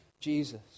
Jesus